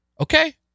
Okay